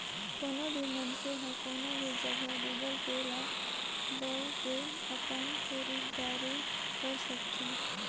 कोनो भी मइनसे हर कोनो भी जघा गुगल पे ल बउ के अपन खरीद दारी कर सकथे